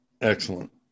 Excellent